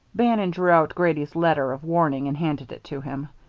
bannon drew out grady's letter of warning and handed it to him.